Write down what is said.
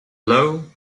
blow